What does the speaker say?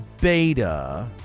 beta